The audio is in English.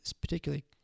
particularly